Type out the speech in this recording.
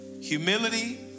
humility